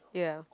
ya